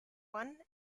one